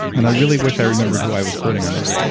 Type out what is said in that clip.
and i really wish i remembered who i was quoting on this,